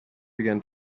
began